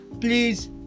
please